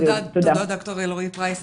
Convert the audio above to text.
תודה, ד"ר אלרעי פרייס.